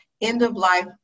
end-of-life